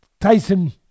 Tyson